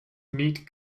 meat